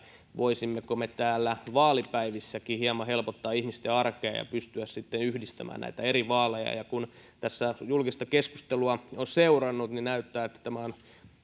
voisimmeko vaalipäivissäkin hieman helpottaa ihmisten arkea ja pystyisimmekö yhdistämään näitä eri vaaleja kun tässä julkista keskustelua on seurannut näyttää siltä että tämä on